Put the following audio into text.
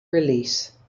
release